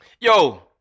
Yo